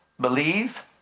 believe